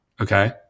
Okay